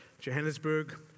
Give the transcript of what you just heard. Johannesburg